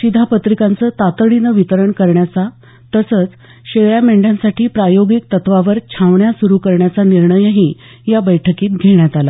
शिधापत्रिकांचं तातडीनं वितरण करण्याचा तसंच शेळ्या मेंढ्यांसाठी प्रायोगिक तत्त्वावर छावण्या सुरू करण्याचा निर्णयही या बैठकीत घेण्यात आला